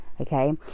okay